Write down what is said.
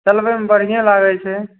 चलबैमे बढ़िआँ लागय छै